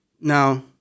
Now